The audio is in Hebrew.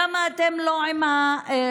למה אתם לא עם האופוזיציה.